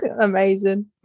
Amazing